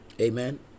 amen